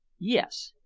yes.